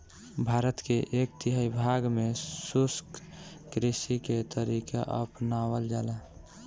भारत के एक तिहाई भाग में शुष्क कृषि के तरीका अपनावल जाला